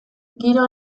giro